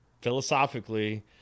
Philosophically